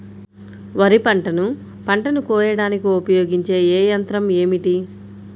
వరిపంటను పంటను కోయడానికి ఉపయోగించే ఏ యంత్రం ఏమిటి?